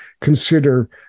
consider